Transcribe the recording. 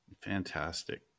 Fantastic